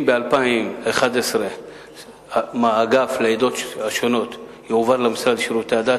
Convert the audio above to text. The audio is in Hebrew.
אם ב-2011 האגף לעדות השונות יועבר למשרד לשירותי הדת,